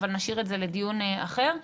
אבל נשאיר את זה לדיון אחר,